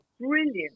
brilliant